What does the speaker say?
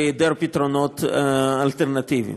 בהיעדר פתרונות אלטרנטיביים.